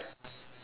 like